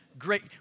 great